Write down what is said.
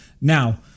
Now